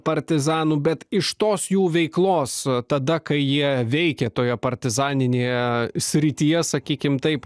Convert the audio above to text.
partizanų bet iš tos jų veiklos tada kai jie veikė toje partizaninėje srityje sakykim taip